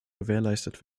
gewährleistet